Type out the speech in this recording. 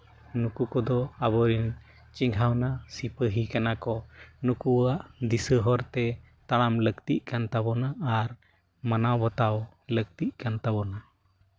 ᱱᱩᱠᱩ ᱠᱚᱫᱚ ᱟᱵᱚᱨᱮᱱ ᱪᱮᱸᱜᱷᱟᱣᱟᱱᱟ ᱥᱤᱯᱟᱹᱦᱤ ᱠᱟᱱᱟ ᱠᱚ ᱱᱩᱠᱩᱣᱟᱜ ᱫᱤᱥᱟᱹ ᱦᱚᱨᱛᱮ ᱛᱟᱲᱟᱢ ᱞᱟᱹᱠᱛᱤᱜ ᱠᱟᱱ ᱛᱟᱵᱚᱱᱟ ᱟᱨ ᱢᱟᱱᱟᱣ ᱵᱟᱛᱟᱣᱦᱚᱸ ᱞᱟᱹᱠᱛᱤᱜ ᱠᱟᱱ ᱛᱟᱵᱚᱱᱟ